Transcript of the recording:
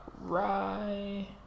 right